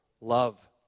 love